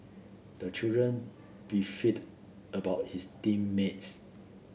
the children beefed about his team mates